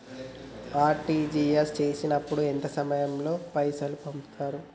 RTGS చేసినప్పుడు ఎంత సమయం లో పైసలు పంపుతరు?